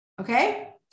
okay